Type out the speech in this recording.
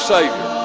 Savior